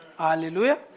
Hallelujah